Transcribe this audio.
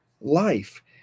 life